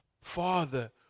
father